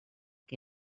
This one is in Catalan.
què